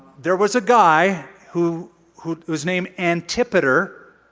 there was a guy who who was named antipater.